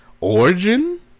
origin